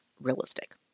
realistic